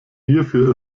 hierfür